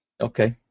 Okay